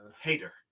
hater